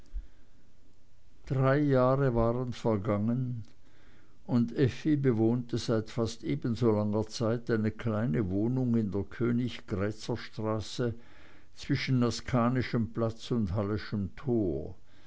drei jahre waren vergangen und effi bewohnte seit fast ebenso langer zeit eine kleine wohnung in der königgrätzer straße zwischen askanischem platz und halleschem tor